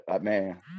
Man